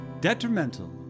detrimental